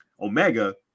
Omega